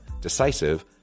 decisive